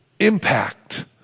Impact